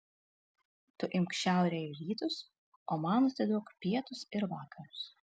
tu imk šiaurę ir rytus o man atiduok pietus ir vakarus